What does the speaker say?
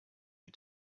you